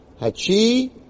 Hachi